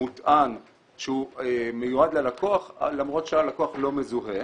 מוטען שמיועד ללקוח למרות שהלקוח לא מזוהה.